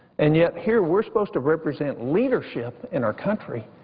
and yet here we're supposed to represent leadership in our country,